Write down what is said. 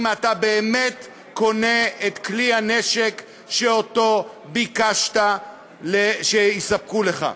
אם אתה באמת קונה את כלי הנשק שביקשת שיספקו לך.